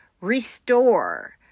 restore